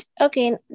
okay